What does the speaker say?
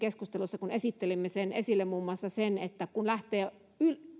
keskustelussa kun esittelimme meidän vaihtoehtobudjettimme muun muassa nämä kaksoistutkinnot eli kun nuoret lähtevät